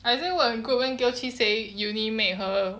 I say when good wing giltry say uni made her